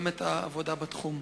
וגם את העבודה בתחום.